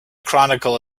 chronicle